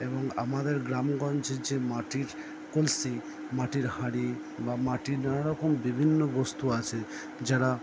এবং আমাদের গ্রাম গঞ্জের যে মাটির কলসি মাটির হাঁড়ি বা মাটির নানা রকম বিভিন্ন বস্তু আছে যারা